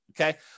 Okay